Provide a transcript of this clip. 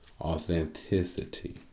Authenticity